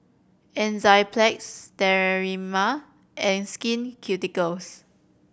Enzyplex Sterimar and Skin Ceuticals